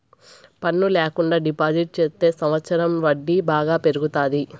పన్ను ల్యాకుండా డిపాజిట్ చెత్తే సంవచ్చరం వడ్డీ బాగా పెరుగుతాది